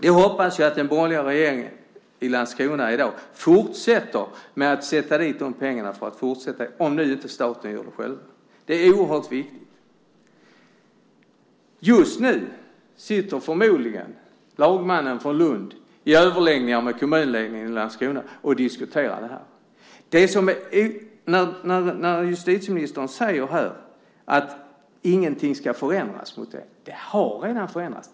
Jag hoppas att den borgerliga majoriteten i Landskrona fortsätter att tillföra dessa pengar om inte staten gör det. Det är oerhört viktigt. Just nu sitter förmodligen lagmannen från Lund i överläggningar med kommunledningen i Landskrona och diskuterar detta. Justitieministern säger här att ingenting ska förändras, med det har redan förändrats.